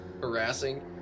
harassing